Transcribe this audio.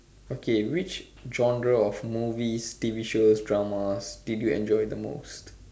okay which genres of movies T_V shows dramas did you enjoy the most